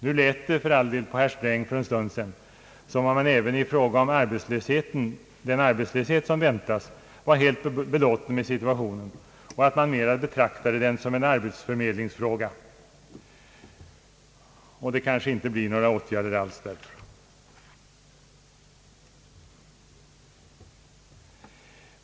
Nu lät det på herr Sträng som om han även i fråga om den arbetslöshet som väntas var heli belåten med situationen och att han mera betraktade arbetslösheten som en arbetsförmedlingsfråga. Blir det kanske inte några åtgärder alls?